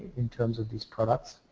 in terms of this products.